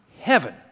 heaven